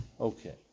Okay